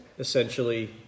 Essentially